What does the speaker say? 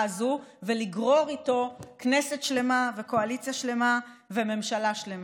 הזו ולגרור איתו כנסת שלמה וקואליציה שלמה וממשלה שלמה.